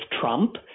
Trump